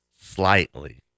slightly